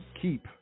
Keep